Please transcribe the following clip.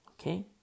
Okay